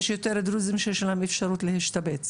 יש יותר דרוזים שיש להם אפשרות להשתבץ.